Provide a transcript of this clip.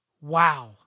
Wow